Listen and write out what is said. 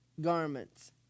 garments